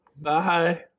Bye